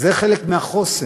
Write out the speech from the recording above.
זה חלק מהחוסן.